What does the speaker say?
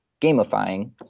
gamifying